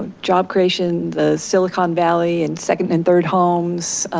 ah job creation, the silicon valley and second and third homes,